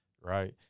right